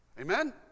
Amen